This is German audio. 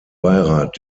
beirat